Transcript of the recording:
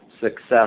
success